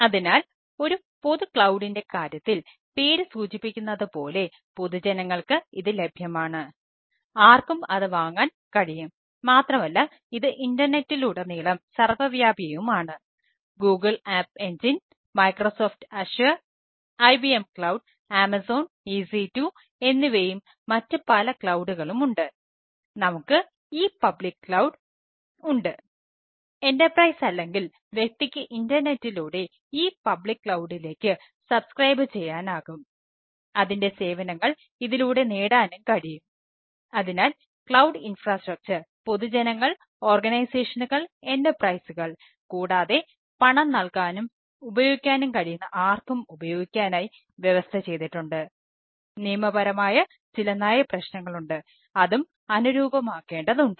അതിനാൽ ഒരു പൊതു ക്ലൌഡിൻറെ കൂടാതെ പണം നൽകാനും ഉപയോഗിക്കാനും കഴിയുന്ന ആർക്കും ഉപയോഗിക്കാനായി വ്യവസ്ഥ ചെയ്തിട്ടുണ്ട് നിയമപരമായ ചില നയ പ്രശ്നങ്ങളുണ്ട് അതും അനുരൂപമാക്കേണ്ടതുണ്ട്